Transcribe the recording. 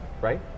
right